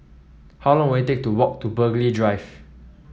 how long will it take to walk to Burghley Drive